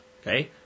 Okay